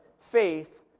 faith